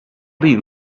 being